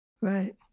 Right